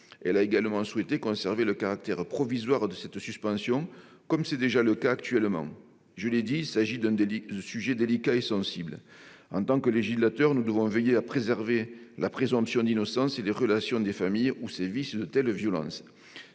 Elle a également souhaité conserver le caractère provisoire de cette suspension, comme c'est déjà le cas actuellement. Je le répète, il s'agit de sujets délicats et sensibles. En tant que législateurs, nous devons veiller à préserver la présomption d'innocence et les relations au sein des familles où sévissent de telles violences.